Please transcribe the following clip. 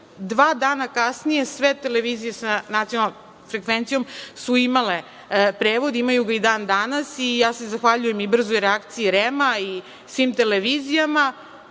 Dva dana kasnije sve televizije sa nacionalnom frekvencijom su imale prevod, imaju ga i dan danas. Zahvaljujem se i brzoj reakciji REM-a i svim televizijama. Ali,